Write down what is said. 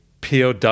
pow